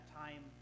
time